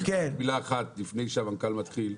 מילה אחת לפני שהמנכ"ל מתחיל.